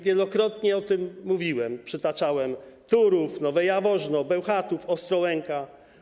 Wielokrotnie o tym mówiłem, przytaczałem: Turów, Nowe Jaworzno, Bełchatów, Ostrołęka.